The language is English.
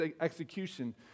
execution